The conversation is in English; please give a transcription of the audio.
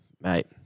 mate